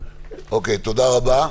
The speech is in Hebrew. תודה רבה.